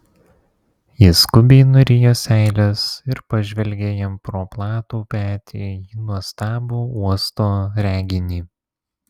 ji skubiai nurijo seiles ir pažvelgė jam pro platų petį į nuostabų uosto reginį